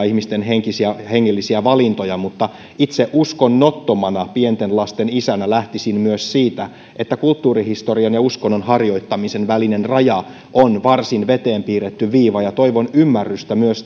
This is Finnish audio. ihmisten hengellisiä valintoja mutta itse uskonnottomana pienten lasten isänä lähtisin myös siitä että kulttuurihistorian ja uskonnon harjoittamisen välinen raja on varsin veteen piirretty viiva toivon ymmärrystä myös